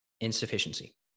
insufficiency